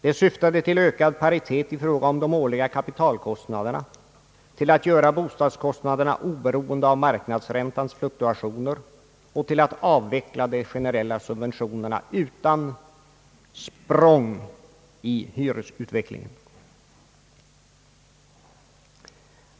Det syftade till ökad paritet i fråga om de årliga kapitalkostnaderna, till att göra bostadskostnaderna oberoende av marknadsräntans fluktuationer och till att avveckla de generella subventionerna utan språng i hyresutvecklingen.